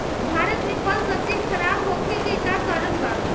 भारत में फल सब्जी खराब होखे के का कारण बा?